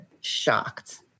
shocked